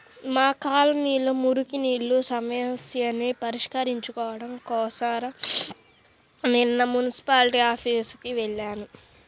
మా కాలనీలో మురుగునీళ్ళ సమస్యని పరిష్కరించుకోడం కోసరం నిన్న మున్సిపాల్టీ ఆఫీసుకి వెళ్లాను